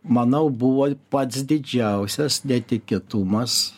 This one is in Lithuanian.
manau buvo pats didžiausias netikėtumas